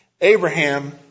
Abraham